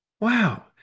Wow